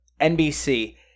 NBC